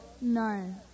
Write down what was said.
No